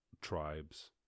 tribes